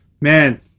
Man